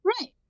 Right